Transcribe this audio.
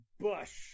Bush